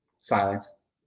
silence